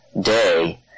day